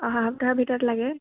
অহা সপ্তাহৰ ভিতৰত লাগে